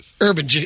Urban